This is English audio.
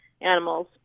animals